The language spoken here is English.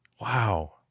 Wow